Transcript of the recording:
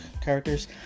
characters